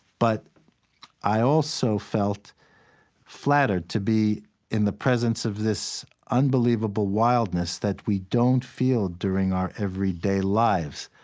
but i also felt flattered to be in the presence of this unbelievable wildness that we don't feel during our everyday lives.